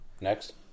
Next